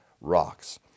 rocks